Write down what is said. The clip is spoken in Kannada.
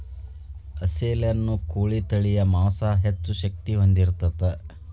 ಅಸೇಲ ಅನ್ನು ಕೋಳಿ ತಳಿಯ ಮಾಂಸಾ ಹೆಚ್ಚ ಶಕ್ತಿ ಹೊಂದಿರತತಿ